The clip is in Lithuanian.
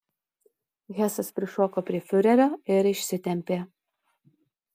hesas prišoko prie fiurerio ir išsitempė